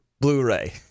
Blu-ray